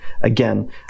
again